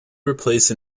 replace